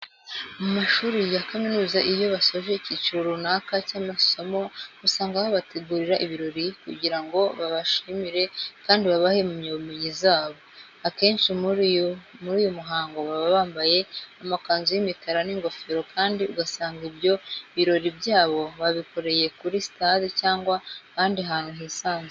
Mu mashuri ya kaminuza iyo basoje ikiciro runaka cy'amasomo usanga babategurira ibirori kugira ngo babashimire kandi babahe impamyabumenyi zabo. Akenshi muri uyu muhango baba bambaye amakanzu y'imikara n'ingofero kandi ugasanga ibyo birori byabo babikoreye kuri sitade cyangwa ahandi hantu hisanzuye.